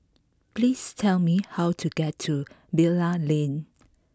please tell me how to get to Bilal Lane